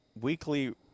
weekly